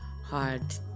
hard